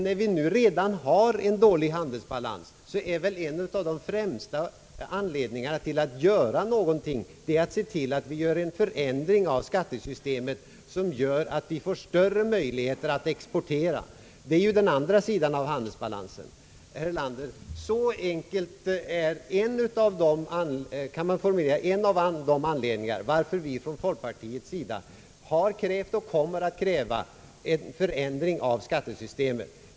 När vi har en dålig handelsbalans bör vi i det här sammanhanget i första hand se till att göra en förändring i skattesystemet så att vi får större möjligheter att exportera. Det är ju den andra sidan av handelsbalansen, herr Erlander. Så enkelt kan man formulera en av anledningarna till att vi från folkpartiets sida har krävt och kommer att kräva en förändring av skattesystemet.